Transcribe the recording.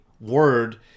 word